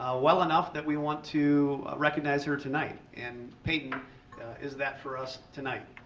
ah well enough that we want to recognize her tonight and peyton is that for us tonight.